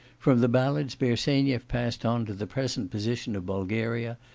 from the ballads bersenyev passed on to the present position of bulgaria,